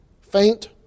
Faint